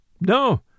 No